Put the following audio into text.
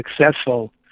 successful